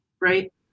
Right